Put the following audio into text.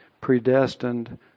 predestined